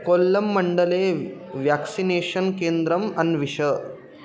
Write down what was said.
कोल्लम्मण्डले vaccination केन्द्रम् अन्विष